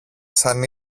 σαν